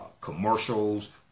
commercials